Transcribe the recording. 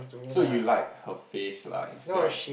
so you like her face lah instead of